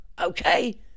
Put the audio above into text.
okay